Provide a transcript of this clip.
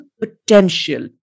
potential